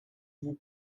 vous